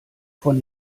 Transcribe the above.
von